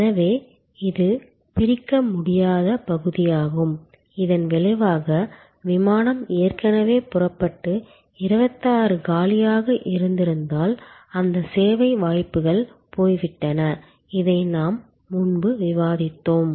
எனவே இது பிரிக்க முடியாத பகுதியாகும் இதன் விளைவாக விமானம் ஏற்கனவே புறப்பட்டு 26 காலியாக இருந்திருந்தால் அந்த சேவை வாய்ப்புகள் போய்விட்டன இதை நாம் முன்பு விவாதித்தோம்